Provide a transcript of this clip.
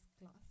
class